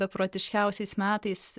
beprotiškiausiais metais